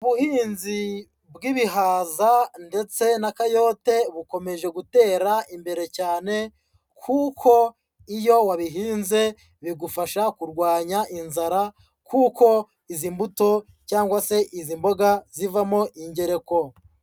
Ubuhinzi bw'ibihaza ndetse na kayote bukomeje gutera imbere cyane, kuko iyo wabihinze bigufasha kurwanya inzara, kuko izi mbuto cyangwa se izi mboga zivamo ingereko.